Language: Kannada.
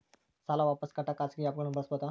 ಸಾಲ ವಾಪಸ್ ಕಟ್ಟಕ ಖಾಸಗಿ ಆ್ಯಪ್ ಗಳನ್ನ ಬಳಸಬಹದಾ?